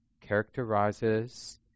characterizes